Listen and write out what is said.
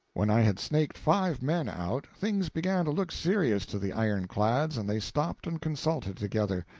when i had snaked five men out, things began to look serious to the ironclads, and they stopped and consulted together.